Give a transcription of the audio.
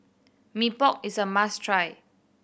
Mee Pok is a must try